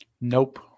Nope